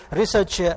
research